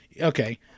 okay